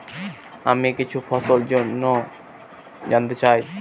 আমি কিছু ফসল জন্য জানতে চাই